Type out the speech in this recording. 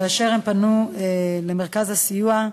כאשר הן פנו למרכז הסיוע,